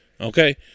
Okay